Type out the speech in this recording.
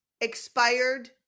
expired